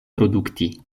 produkti